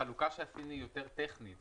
החלוקה שעשינו היא יותר טכנית.